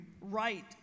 right